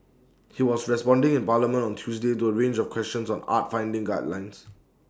he was responding in parliament on Tuesday to A range of questions on arts funding guidelines